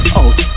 out